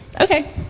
Okay